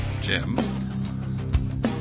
Jim